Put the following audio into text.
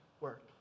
work